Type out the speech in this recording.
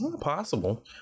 Possible